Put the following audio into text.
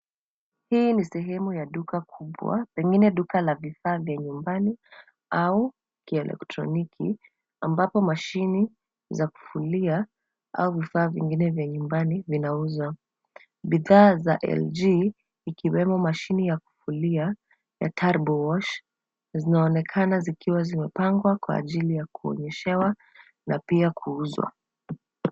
Hii ni sehemu ya duka kubwa pengine duka ya vifaa vya nyumbani, au kielektroniki, ambapo mashini za kufulia, au vifaa vingine vya nyumbani ,vinauzwa. Bidhaa za LG ikiwemo mashini ya kufulia ya turbo wash, zinaonekana zikiwa zimepangwa kwa ajili ya kuonyeshewa, na pia kuuzwa.